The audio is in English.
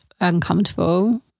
uncomfortable